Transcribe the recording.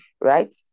right